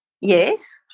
Yes